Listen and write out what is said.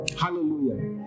Hallelujah